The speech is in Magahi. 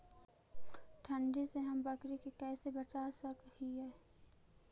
ठंडी से हम बकरी के कैसे बचा सक हिय?